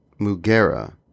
Mugera